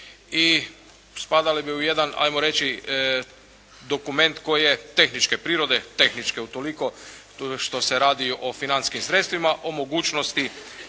i spadale bi u jedan hajde reći dokument koji je tehničke prirode. Tehničke utoliko što se radi o financijskim sredstvima, o mogućnosti